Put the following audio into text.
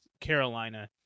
Carolina